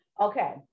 Okay